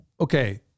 okay